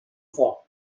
foc